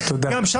תושבי